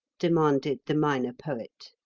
demanded the minor poet.